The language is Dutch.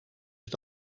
het